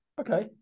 Okay